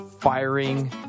firing